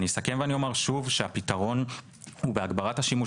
אסכם ואומר שוב שהפתרון בהגברת השימוש